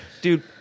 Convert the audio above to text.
Dude